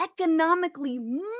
economically